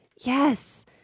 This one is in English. Yes